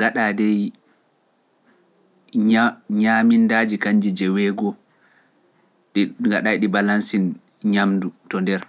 gaɗa dey ñaamindaaji kanji jeweego ɗi gaɗai ɗi balansin ñamdu to nder ndiyam